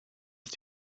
ist